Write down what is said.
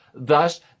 thus